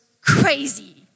crazy